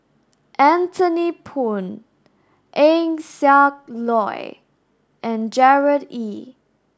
Anthony Poon Eng Siak Loy and Gerard Ee